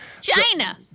China